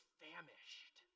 famished